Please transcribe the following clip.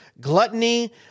gluttony